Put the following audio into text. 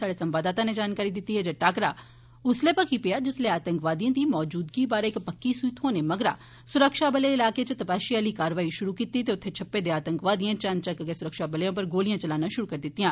साहड़े संवाददाता नै जानकारी दिती ऐ जे ए टाक्करा उस्लै मखी पेआ जिस्लै आतंकवादियें दी मौजूदगी बारै इक पक्की सूह् थेहोनें मगरा सुरक्षाबलें ईलाके च तपाशी आहली कारवाई शुरू कीती ते उत्थें छप्पे दे आतंकवादियें चानचक्क गै सुरक्षाबलें उप्पर गोलियां चलाना शुरू करी दितिया